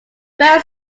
very